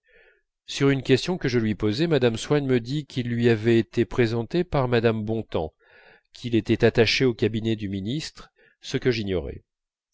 sur une question que je lui posai mme swann me dit qu'il lui avait été présenté par mme bontemps qu'il était attaché au cabinet du ministre ce que j'ignorais